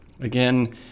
again